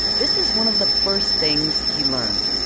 this is one of the first things he learned.